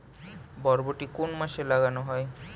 বরবটি কোন মাসে লাগানো হয়?